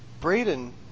Braden